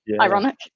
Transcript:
ironic